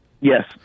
Yes